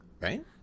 right